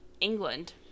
England